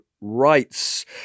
rights